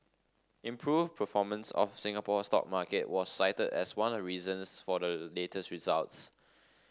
improved performance of Singapore stock market was cited as one reasons for the latest results